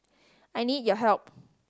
I need your help